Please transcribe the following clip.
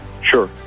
Sure